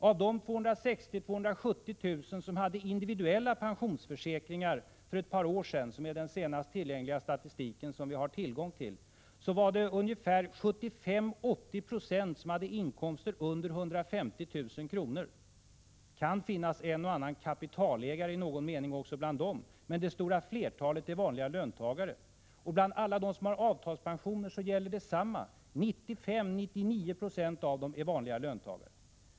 Av de 260 000-270 000 personer som hade individuella pensionsförsäkringar för ett par år sedan — det är den senaste statistik som vi har tillgång till — hade ungefär 75-80 96 inkomster under 150 000 kr. Det kan finnas en och annan kapitalägare i någon mening också bland dem, men det stora flertalet är vanliga löntagare. Bland alla dem som har avtalspensioner gäller detsamma — 95-99 26 av dem är vanliga löntagare.